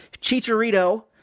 Chicharito